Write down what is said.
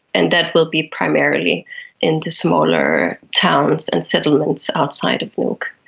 and that will be primarily in the smaller towns and settlements outside of nuuk.